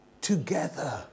together